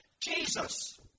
Jesus